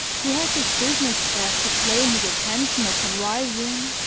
who has his business cares to claim his attention upon rising,